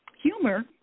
Humor